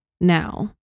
now